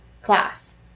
class